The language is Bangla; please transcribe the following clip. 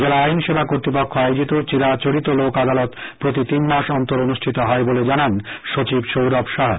জেলা আইন সেবা কর্ত্তপক্ষ আয়োজিত চিরাচরিত লোক আদালত প্রতি তিন মাস অন্তর অনুষ্ঠিত হয় বলে জানান সচিব সৌরভ সাহা